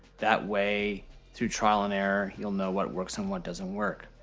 that way through trial and error, you'll know what works and what doesn't work.